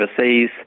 overseas